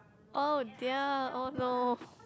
oh dear oh no